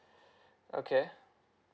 okay